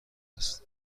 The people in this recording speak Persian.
است